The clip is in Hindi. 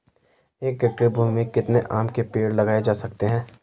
एक हेक्टेयर भूमि में कितने आम के पेड़ लगाए जा सकते हैं?